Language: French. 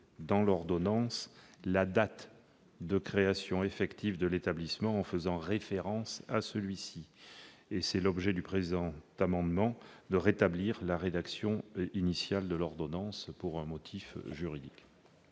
dans l'ordonnance la date de création effective de l'établissement, en faisant référence à celui-ci. L'objet du présent amendement est donc de rétablir la rédaction initiale de l'ordonnance, pour des raisons juridiques.